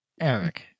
Eric